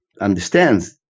understands